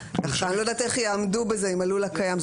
אני לא יודעת איך יעמדו בזה עם הלול הקיים.